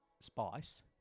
Spice